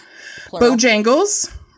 Bojangles